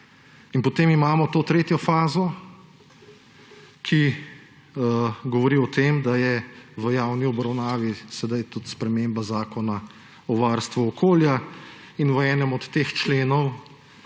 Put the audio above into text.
In potem imamo to tretjo fazo, ki govori o tem, da je v javni obravnavi sedaj tudi sprememba zakona o varstvu okolja. V enem od teh členov